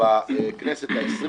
בכנסת ה-20